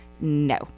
No